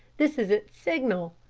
this is its signal!